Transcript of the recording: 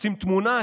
רוצים תמונה?